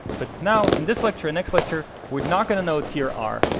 but now, in this lecture and next lecture, we're not going to know tier r,